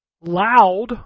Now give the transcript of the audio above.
Loud